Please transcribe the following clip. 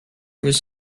was